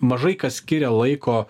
mažai kas skiria laiko